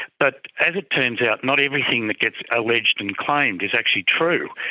but as it turns out, not everything that gets alleged and claimed is actually true.